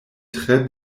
tre